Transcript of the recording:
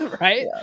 Right